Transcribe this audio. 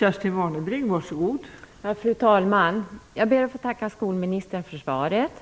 Fru talman! Jag ber att få tacka skolministern för svaret.